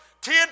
Ten